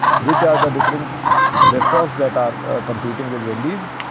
which are the different restaurants that are competing with wendy's